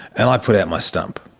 and i put out my stump,